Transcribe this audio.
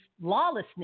lawlessness